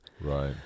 Right